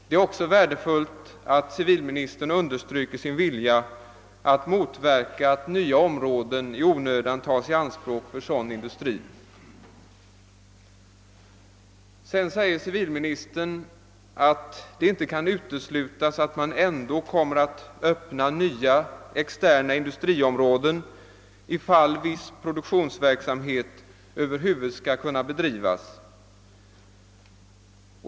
Det är också värdefullt att ci vilministern undertryker sin vilja att motveka att nya områden i onödan tas i anspråk för sådan industri. Civilministern sade vidare att det inte kan uteslutas att man ändå kommer att öppna nya externa industriområden, om viss produktion över huvud taget skall kunna bedrivas.